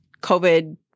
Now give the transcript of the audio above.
covid